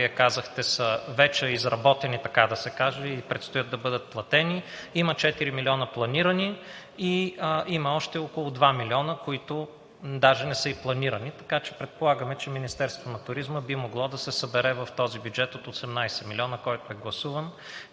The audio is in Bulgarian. както Вие казахте, вече са изработени, така да се каже, и предстоят да бъдат платени. Има планирани 4 милиона и има още около 2 милиона, които даже не са и планирани, така че предполагаме, че Министерството на туризма би могло да се събере в този бюджет от 18 милиона, който е гласуван.